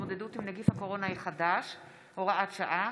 להתמודדות עם נגיף הקורונה החדש (הוראת שעה)